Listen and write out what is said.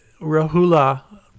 Rahula